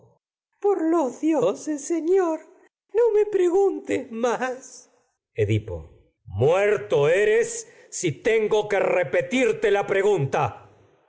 por los dioses señor no me pregun tes más edipo muerto eres si tengo que repetirte la